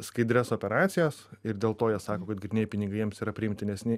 skaidrias operacijas ir dėl to jie sako kad grynieji pinigai jiems yra priimtinesni